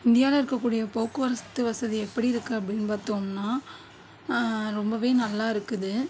இந்தியாவில் இருக்கக்கூடிய போக்குவரத்து வசதி எப்படி இருக்குது அப்படின்னு பார்த்தோம்னா ரொம்பவே நல்லாயிருக்குது